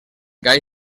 gai